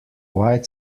white